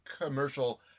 commercial